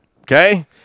Okay